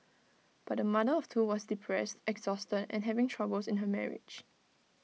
but the mother of two was depressed exhausted and having troubles in her marriage